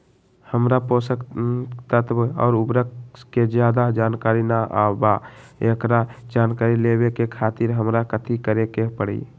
हमरा पोषक तत्व और उर्वरक के ज्यादा जानकारी ना बा एकरा जानकारी लेवे के खातिर हमरा कथी करे के पड़ी?